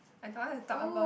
I don't want to talk about